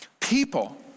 People